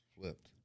flipped